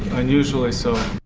and usually so.